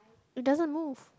it doesn't move